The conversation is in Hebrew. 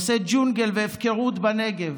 עושה ג'ונגל והפקרות בנגב.